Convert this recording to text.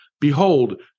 Behold